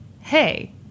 hey